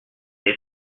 des